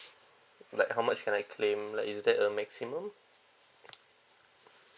like how much can I claim like is that a maximum